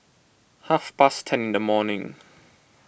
half past ten in the morning